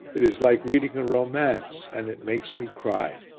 it is like reading a romance and it makes me cry.